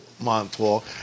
Montauk